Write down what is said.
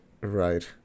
Right